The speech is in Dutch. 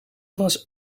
was